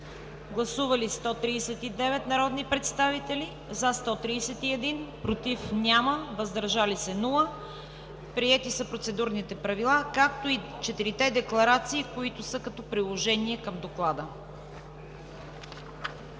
Гласували 139 народни представители: за 131, против няма, въздържали се 8. Приети са процедурните правила, както и четирите декларации, които са като приложение към Доклада.